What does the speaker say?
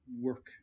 work